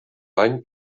bany